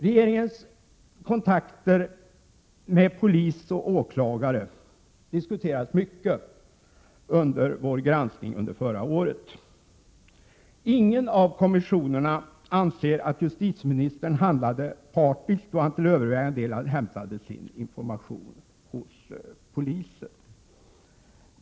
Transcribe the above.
Regeringens kontakter med polis och åklagare diskuterades mycket under vår granskning förra året. Ingen av kommissionerna anser att justitieministern handlade partiskt då han till övervägande del hämtade sin information hos polisen.